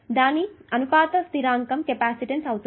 దాని అనుపాత స్థిరాంకం కెపాసిటన్స్ అవుతుంది